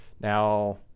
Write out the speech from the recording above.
Now